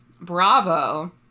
Bravo